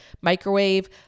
microwave